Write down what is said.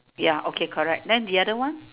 ya okay correct then the other one